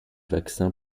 vaccin